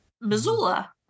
Missoula